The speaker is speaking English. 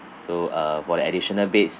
so uh for the additional beds